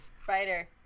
spider